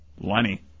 Lenny